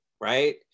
right